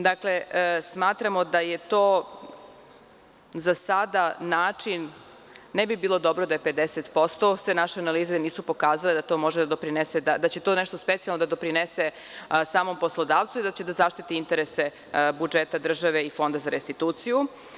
Dakle, smatramo da je to za sada način, ne bi bilo dobro da je 50%, sve naše analize nisu pokazale da će to nešto specijalno da doprinese samom poslodavcu i da će da zaštiti interese budžeta države i Fonda za restituciju.